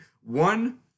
One